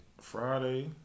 Friday